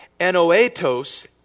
anoetos